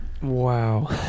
Wow